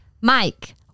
Mike